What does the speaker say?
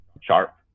sharp